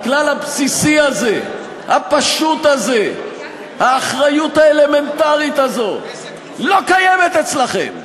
עם הסכם ביניים או בלי הסכם ביניים?